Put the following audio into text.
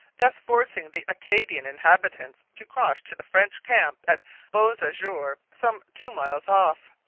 thus forcing the acadian inhabitants to cross to the french camp at beausejour, some two miles off.